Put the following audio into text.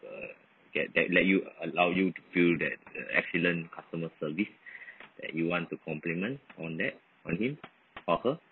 uh get that let you allow you to feel that excellent customer service that you want to complement on that on him or her